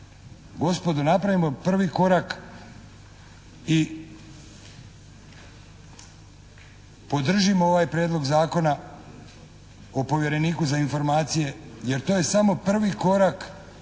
Gospodo, napravimo prvi korak i podržimo ovaj prijedlog Zakona o povjereniku za informacije jer to je samo prvi korak